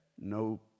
no